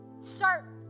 start